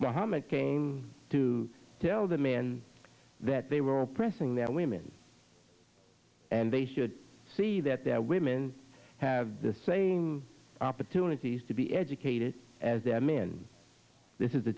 muhammad came to tell the men that they were oppressing that women and they should see that their women have the same opportunities to be educated as them in this is the